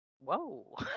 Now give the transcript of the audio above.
whoa